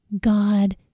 God